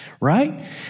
right